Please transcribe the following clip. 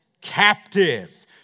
captive